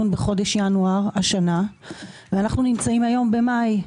בחודש ינואר השנה ואנחנו נמצאים היום במאי.